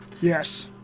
Yes